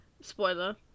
Spoiler